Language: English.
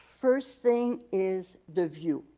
first thing is the view.